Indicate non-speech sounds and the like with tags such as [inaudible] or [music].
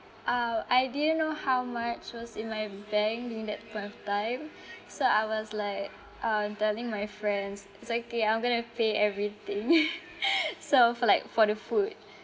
oh I didn't know how much was in my bank during that point of time so I was like um telling my friends it's okay I'm going to pay everything [laughs] so for like for the food